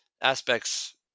aspects